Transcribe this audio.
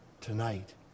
tonight